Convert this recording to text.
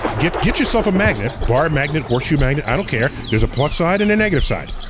get get yourself a magnet. bar magnet, horseshoe magnet, i don't care. there's a plus side and a negative side.